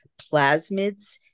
plasmids